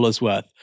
worth